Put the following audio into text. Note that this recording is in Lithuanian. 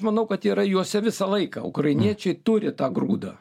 manau kad yra juose visą laiką ukrainiečiai turi tą grūdą